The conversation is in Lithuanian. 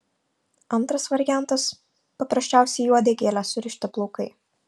antras variantas paprasčiausiai į uodegėlę surišti plaukai